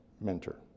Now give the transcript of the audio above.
mentor